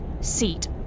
seat